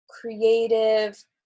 creative